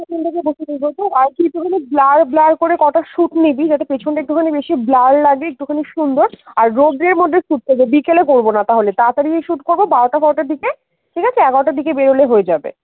তো আর কি একটুখানি ব্লার ব্লার করে কটা শ্যুট নিবি যাতে পেছনটা একটুখানি বেশি ব্লার লাগে একটুখানি সুন্দর আর রৌদ্রের মধ্যে শ্যুট করব বিকেলে করব না তাহলে তাড়াতাড়ি শ্যুট করবো বারোটা ফারোটার দিকে ঠিক আছে এগারোটার দিকে বেরোলে হয়ে যাবে